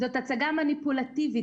זו הצגה מניפולטיבית.